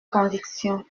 conviction